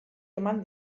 eman